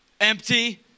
empty